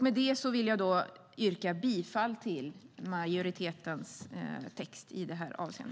Med detta vill jag yrka på godkännande av utskottsmajoritetens anmälan.